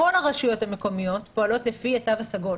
כל הרשויות המקומיות פועלות לפי התו הסגול.